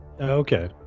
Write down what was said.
Okay